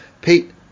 Pete